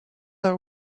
are